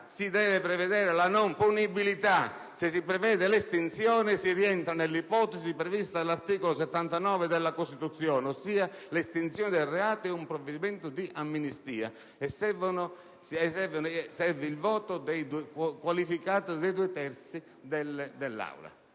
si deve prevedere la non punibilità. Se si prevede l'estinzione, si rientra nell'ipotesi prevista dall'articolo 79 della Costituzione, cioè l'estinzione del reato è un provvedimento di amnistia e serve il voto qualificato dei due terzi dei